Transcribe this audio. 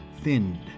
thinned